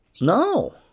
No